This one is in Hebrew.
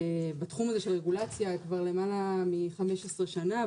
בתחום הזה של הרגולציה, כבר למעלה מ-15 שנה.